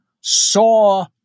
saw